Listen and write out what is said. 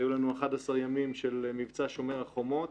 היו לנו 11 ימים של מבצע שומר החומות.